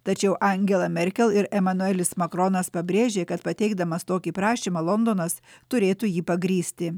tačiau angela merkelangela merkel ir emanuelis makronasemmanuel macron pabrėžė kad pateikdamas tokį prašymą londonas turėtų jį pagrįsti